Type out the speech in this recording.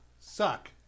Suck